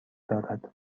دارد